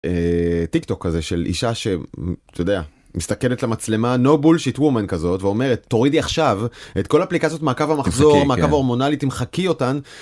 אהה טיקטוק כזה של אישה שמסתכלת מצלמה no bulshit woman כזאת ואומרת תורידי עכשיו את כל אפליקציות מעקב המחזור המעקב ההורמונלי תמחקי אותן.